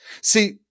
See